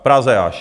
V Praze až.